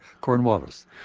Cornwallis